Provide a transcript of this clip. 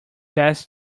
best